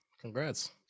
congrats